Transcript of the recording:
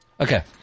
Okay